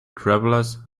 travelers